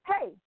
Hey